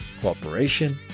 cooperation